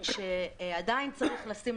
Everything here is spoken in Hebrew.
מצאו חן